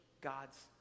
God's